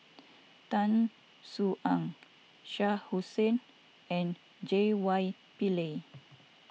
Tan Soo Ong Shah Hussain and J Y Pillay